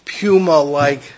puma-like